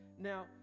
now